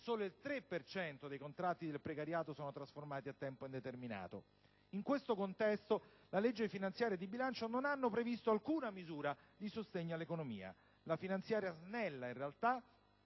per cento dei contratti del precariato sono trasformati a tempo indeterminato. In questo contesto le leggi finanziaria e di bilancio non hanno previsto alcuna misura di sostegno all'economia. La finanziaria "snella", in realtà,